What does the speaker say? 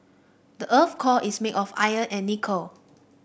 the earth core is made of iron and nickel